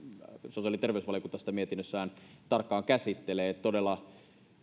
sosiaali ja terveysvaliokunta sitä mietinnössään tarkkaan käsittelee näin todella